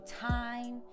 time